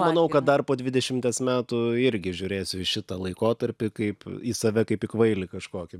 manau kad dar po dvidešimties metų irgi žiūrėsiu į šitą laikotarpį kaip į save kaip į kvailį kažkokį